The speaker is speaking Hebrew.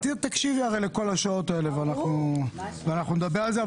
--- תקשיבי הרי לכל השעות האלה ונדבר על זה.